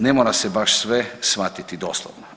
Ne mora se baš sve shvatiti doslovno.